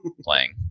playing